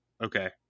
Okay